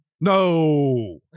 No